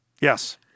Yes